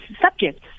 subjects